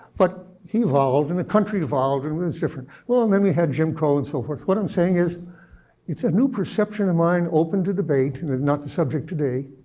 but he evolved and the country evolved and it was different. well, and then we had jim crow and so forth. what i'm saying is it's a new perception of mine open to debate, and it's not the subject today,